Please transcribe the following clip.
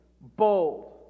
Bold